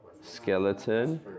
skeleton